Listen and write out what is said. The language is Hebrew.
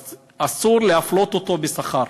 אסור להפלות אותו בשכר.